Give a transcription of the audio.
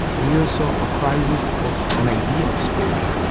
we all saw a crisis of an idea of spain,